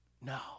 No